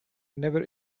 never